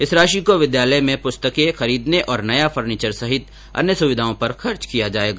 इस राशि को विद्यालय के विकास में पुस्तकें खरीदने और नया फर्नीचर सहित अन्य सुविधाओं पर खर्च किया जाएगा